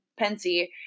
Pensy